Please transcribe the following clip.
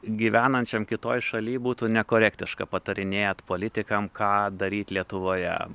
gyvenančiam kitoj šaly būtų nekorektiška patarinėt politikam ką daryt lietuvoje